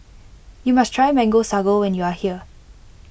you must try Mango Sago when you are here